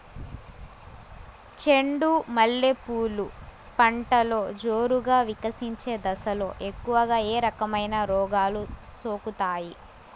చెండు మల్లె పూలు పంటలో జోరుగా వికసించే దశలో ఎక్కువగా ఏ రకమైన రోగాలు సోకుతాయి?